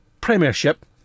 Premiership